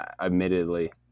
admittedly